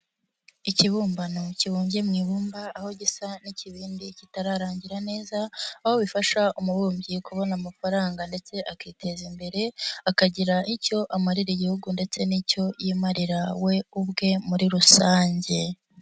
Ikibumbano kibumbye mu ibumba aho gisa n'ikibindi kitararangira neza aho bifasha umubumbyi kubona amafaranga ndetse akiteza imbere akagira icyo amarira igihugu ndetse n'icyo yimarira we ubwe muri rusange.